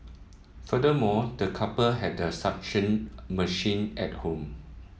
furthermore the couple had a suction machine at home